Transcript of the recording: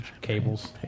Cables